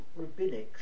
rabbinics